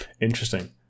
Interesting